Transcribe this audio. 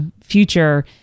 future